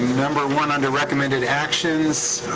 number one under recommended actions,